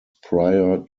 prior